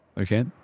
Okay